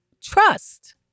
trust